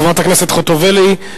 חברת הכנסת ציפי חוטובלי,